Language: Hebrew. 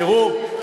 תראו,